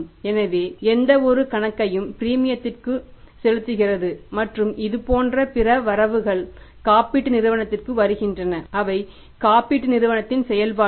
எனவே எந்தவொரு கணக்கையும் பிரீமியத்திற்கு செலுத்துகிறது மற்றும் இதுபோன்ற பிற வரவுகள் காப்பீட்டு நிறுவனத்திற்கு வருகின்றன அவை காப்பீட்டு நிறுவனத்தின் செயல்பாடுகள்